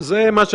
אני מדגיש כמה